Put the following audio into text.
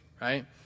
Right